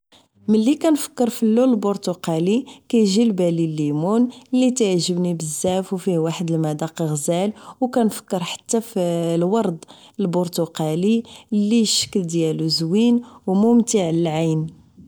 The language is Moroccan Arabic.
ملي كنفكر باللون البرتقالي كيجي لبالي الليمون اللي تيعجبني بزاف و فيه واحد المداق غزال و كنفكر حتى ف الورد البرتقالي اللي شكل ديالو زوين و ممتع للعين